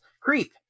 Creep